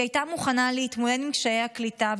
היא הייתה מוכנה להתמודד עם קשיי הקליטה,